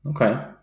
Okay